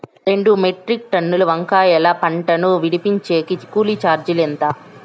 రెండు మెట్రిక్ టన్నుల వంకాయల పంట ను విడిపించేకి కూలీ చార్జీలు ఎంత?